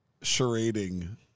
charading